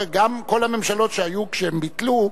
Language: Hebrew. גם כל הממשלות שהיו כשהם ביטלו,